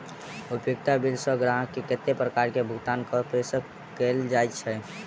उपयोगिता बिल सऽ ग्राहक केँ कत्ते प्रकार केँ भुगतान कऽ पेशकश कैल जाय छै?